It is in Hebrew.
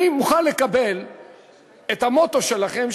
אני מוכן לקבל את המוטו שלכם,